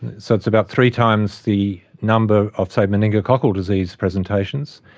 so it's about three times the number of, say, meningococcal disease presentations.